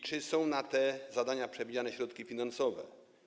Czy są na te zadania przewidziane środki finansowe?